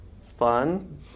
Fun